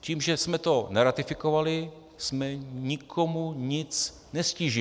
Tím, že jsme to neratifikovali, jsme nikomu nic neztížili.